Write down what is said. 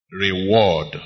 reward